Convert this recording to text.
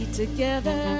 together